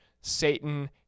Satan